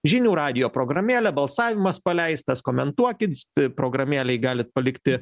žinių radijo programėlė balsavimas paleistas komentuokit programėlėj galit palikti